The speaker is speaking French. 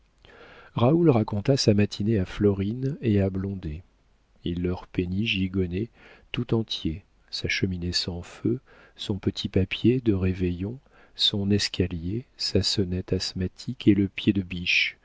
raoul raconta sa matinée à florine et à blondet il leur peignit gigonnet tout entier sa cheminée sans feu son petit papier de réveillon son escalier sa sonnette asthmatique et le pied de